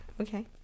Okay